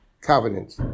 covenant